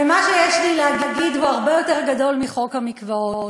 ומה שיש לי להגיד הוא הרבה יותר גדול מחוק המקוואות,